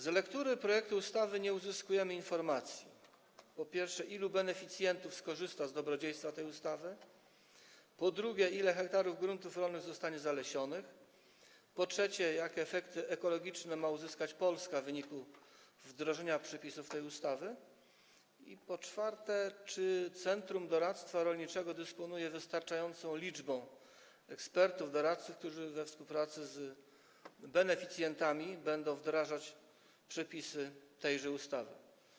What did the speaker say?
Z lektury projektu ustawy nie uzyskujemy informacji: po pierwsze, ilu beneficjentów skorzysta z dobrodziejstwa tej ustawy; po drugie, ile hektarów gruntów rolnych zostanie zalesionych; po trzecie, jakie efekty ekologiczne ma uzyskać Polska w wyniku wdrożenia przepisów tej ustawy; po czwarte, czy Centrum Doradztwa Rolniczego dysponuje wystarczającą liczbą ekspertów, doradców, którzy we współpracy z beneficjentami będą wdrażać przepisy tejże ustawy.